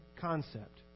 concept